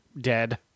dead